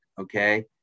okay